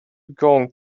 going